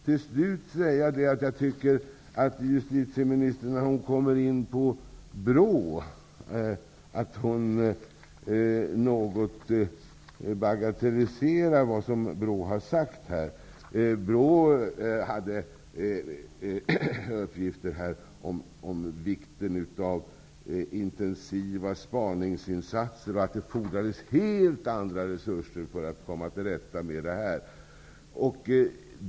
Till slut kan jag säga att justitieministern något bagatelliserar vad BRÅ har sagt om vikten av intensiva spaningsinsatser och att det fordras helt andra resurser för att komma till rätta med ekobrottsligheten.